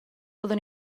fyddwn